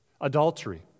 adultery